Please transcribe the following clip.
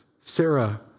Sarah